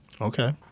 Okay